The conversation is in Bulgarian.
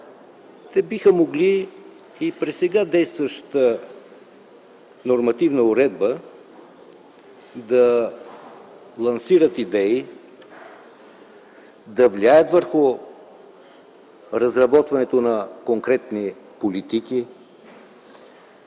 те биха могли и при сега действащата нормативна уредба да лансират идеи, да влияят върху разработването на конкретни политики